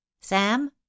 sam